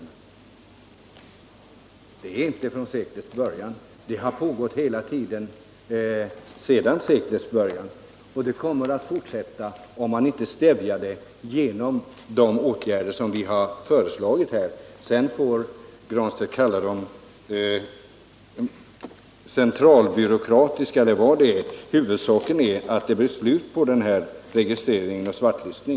Det gäller alltså inte företeelser från seklets början utan något som har pågått hela tiden sedan dess och som kommer att fortsätta, om man inte stävjar dem genom sådana åtgärder som vi har föreslagit — sedan får herr Granstedt kalla dem centralbyråkratiska eller vad han vill. Huvudsaken är att det blir slut på denna registrering och svartlistning.